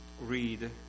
read